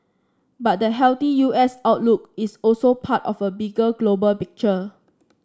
but the healthy U S outlook is also part of a bigger global picture